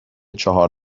چهار